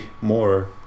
more